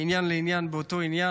מעניין לעניין באותו עניין,